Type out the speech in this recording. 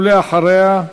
ואחריה,